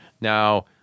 Now